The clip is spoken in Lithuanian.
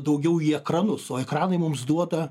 daugiau į ekranus o ekranai mums duoda